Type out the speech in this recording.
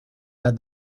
las